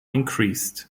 increased